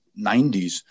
90s